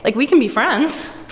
like we can be friends,